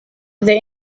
the